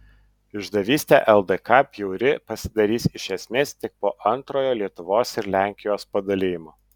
išdavystė ldk bjauri pasidarys iš esmės tik po antrojo lietuvos ir lenkijos padalijimo